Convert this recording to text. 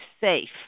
safe